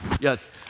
Yes